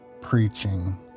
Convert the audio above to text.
preaching